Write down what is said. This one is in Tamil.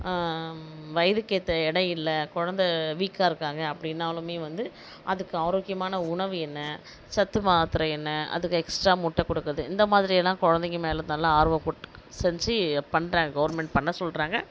வயதுக்கேற்ற எடை இல்லை குழந்தை வீக்காக இருக்காங்க அப்படின்னாலுமே வந்து அதுக்கு ஆரோக்கியமான உணவு என்ன சத்து மாத்திரை என்ன அதுக்கு எக்ஸ்ட்ரா முட்டை கொடுக்கறது இந்த மாதிரியெல்லாம் குழந்தைங்க மேல் நல்லா ஆர்வம் குட்டுக் செஞ்சு பண்ணுறாங்க கவுர்மெண்ட் பண்ண சொல்கிறாங்க